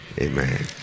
amen